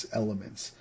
elements